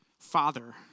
Father